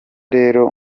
rero